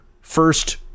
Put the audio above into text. first